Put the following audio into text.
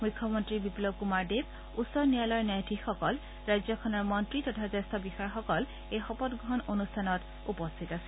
মুখ্যমন্তী বিপ্লব কুমাৰ দেৱ উচ্চ ন্যায়ালয়ৰ ন্যায়াধীশসকল ৰাজ্যখনৰ মন্তী তথা জ্যোষ্ঠ বিষয়াসকল এই শপতগ্ৰহণ অনুষ্ঠানত উপস্থিত আছিল